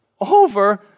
over